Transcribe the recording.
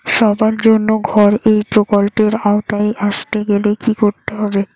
সবার জন্য ঘর এই প্রকল্পের আওতায় আসতে গেলে কি করতে হবে?